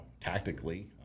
tactically